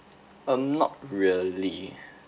um not really